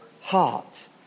heart